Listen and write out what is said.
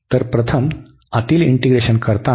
तर प्रथम आतील इंटीग्रेशन करताना